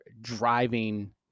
driving